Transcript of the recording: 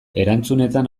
erantzunetan